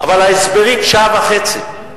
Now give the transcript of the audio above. אבל ההסברים, שעה וחצי.